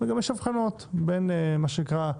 וגם יש הבחנות בין מה שנקרא,